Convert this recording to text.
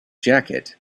jacket